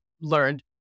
learned